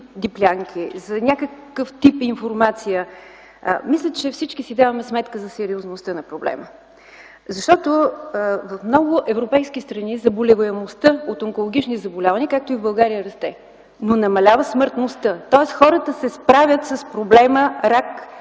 диплянки, за някакъв тип информация. Мисля, че всички си даваме сметка за сериозността на проблема. Защото в много европейски страни заболеваемостта от онкологични заболявания, както и в България, расте. Но намалява смъртността. Тоест хората се справят с проблема рак